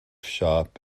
shop